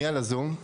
חשוב לומר את זה.